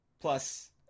Plus